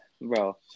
Bro